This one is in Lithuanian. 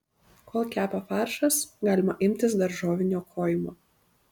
kol kepa faršas galima imtis daržovių niokojimo